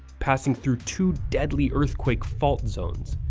passing through two deadly earthquake fault zones.